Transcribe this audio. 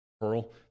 Pearl